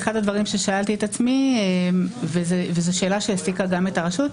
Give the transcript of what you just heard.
אחד הדברים ששאלתי את עצמי וזאת שאלה שהעסיקה גם את הרשות,